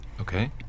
Okay